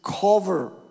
cover